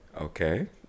Okay